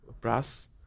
brass